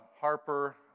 Harper